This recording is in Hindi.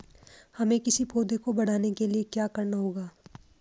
हमें किसी पौधे को बढ़ाने के लिये क्या करना होगा?